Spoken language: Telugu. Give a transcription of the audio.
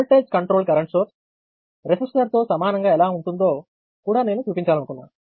వోల్టేజ్ కంట్రోల్డ్ కరెంట్ సోర్స్ రెసిస్టర్తో సమానంగా ఎలా ఉంటుందో కూడా నేను చూపించాలనుకున్నాను